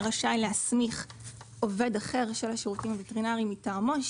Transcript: רשאי להסמיך עובד אחר של השירותים הווטרינריים מטעמו,